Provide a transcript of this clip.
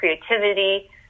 creativity